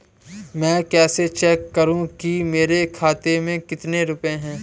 मैं कैसे चेक करूं कि मेरे खाते में कितने रुपए हैं?